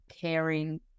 caring